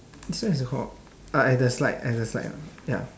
this one is a called ah at the slide at the slide ya